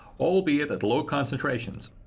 albeit at low concentrations.